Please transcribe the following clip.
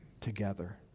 together